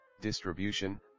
distribution